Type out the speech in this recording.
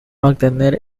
obtener